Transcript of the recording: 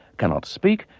cannot speak,